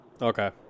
Okay